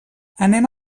anem